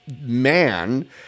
man